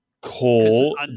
call